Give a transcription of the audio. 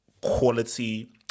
quality